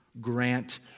Grant